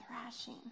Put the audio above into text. thrashing